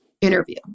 interview